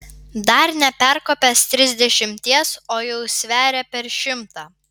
dar neperkopęs trisdešimties o jau sveria per šimtą